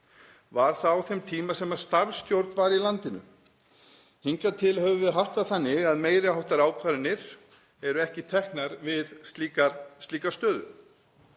það á þeim tíma sem starfsstjórn var í landinu. Hingað til höfum við haft það þannig að meiri háttar ákvarðanir eru ekki teknar við slíkar aðstæður.